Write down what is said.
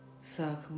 Circle